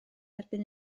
erbyn